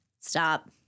Stop